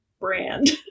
brand